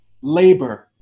labor